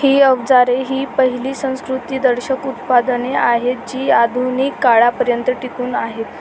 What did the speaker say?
ही अवजारे ही पहिली संस्कृतीदर्शक उत्पादने आहेत जी आधुनिक काळापर्यंत टिकून आहे